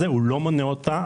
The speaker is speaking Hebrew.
לא מונע אותה.